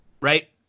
right